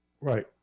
right